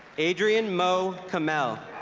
adrian mo kamel